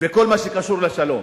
בכל מה שקשור לשלום.